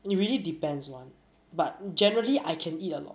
it really depends [one] but generally I can eat a lot